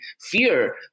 fear